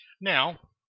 Now